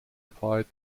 applied